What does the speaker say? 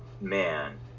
man